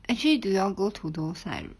actually do y'all go to those like